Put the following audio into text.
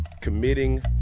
committing